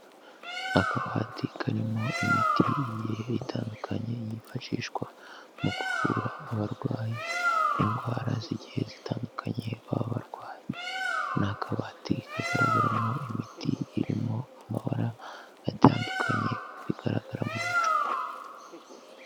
Akabati karimo imiti igiye itandukanye yifashishwa mu kuvura abarwayi, indwara z'igiye zitandukanye baba barwaye, ni akabati kagaragaramo imiti irimo amabara atandukanye bigaragara mu macupa.